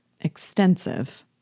extensive